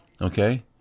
okay